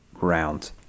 round